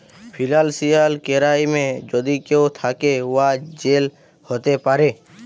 financial কেরাইমে যদি কেউ থ্যাকে, উয়ার জেল হ্যতে পারে